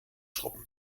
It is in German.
schrubben